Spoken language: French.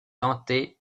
tenter